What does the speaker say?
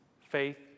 faith